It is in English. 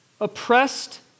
oppressed